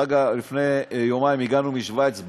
דרך אגב, לפני יומיים הגענו משווייץ.